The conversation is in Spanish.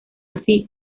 así